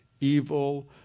evil